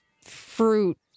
fruit